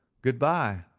good-bye,